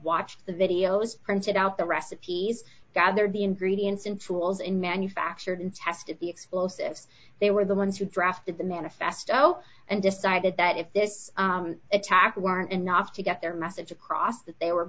watched the videos printed out the recipes gathered the ingredients and tools in manufactured tested the explosives they were the ones who drafted the manifesto and decided that if this attack weren't enough to get their message across that they were